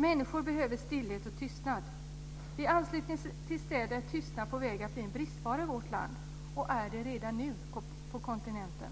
Människor behöver stillhet och tystnad. I anslutning till städer är tystnad på väg att bli en bristvara i vårt land - och är det redan nu på kontinenten.